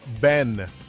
Ben